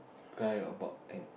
cry about an